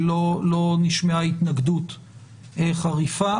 לא נשמעה התנגדות חריפה,